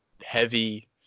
heavy